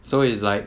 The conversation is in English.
so it's like